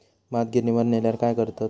भात गिर्निवर नेल्यार काय करतत?